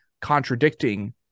contradicting